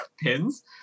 pins